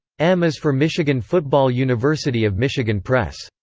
m is for michigan football university of michigan press.